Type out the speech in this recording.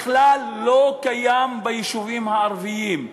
בכלל לא קיים ביישובים הערביים.